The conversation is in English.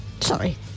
Sorry